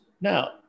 Now